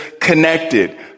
connected